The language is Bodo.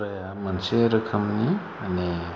हाथुराया मोनसे रोखोमनि माने